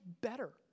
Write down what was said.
better